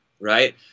right